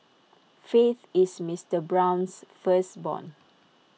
faith is Mister Brown's firstborn